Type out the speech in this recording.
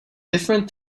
different